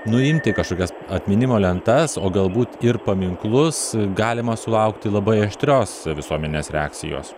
nuimti kažkokias atminimo lentas o galbūt ir paminklus galima sulaukti labai aštrios visuomenės reakcijos